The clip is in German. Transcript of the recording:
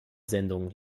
sendung